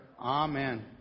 Amen